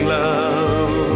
love